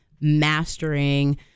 mastering